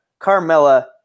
Carmella